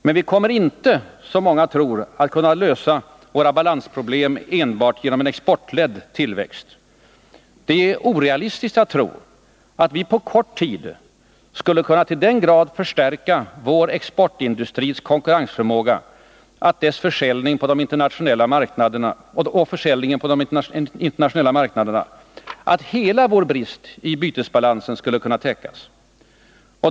Men vi kommer inte, som många tror, att kunna lösa våra balansproblem enbart genom en exportledd tillväxt. Det är orealistiskt att tro att vi på kort tid skulle kunna till den grad förstärka vår exportindustris konkurrensförmåga och dess försäljning på de internationella marknaderna, att hela bristen i bytesbalansen skulle kunna täckas.